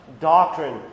doctrine